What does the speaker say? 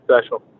special